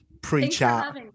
pre-chat